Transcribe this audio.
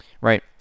right